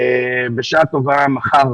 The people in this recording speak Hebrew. בשעה טובה כנראה מחר,